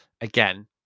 again